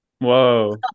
Whoa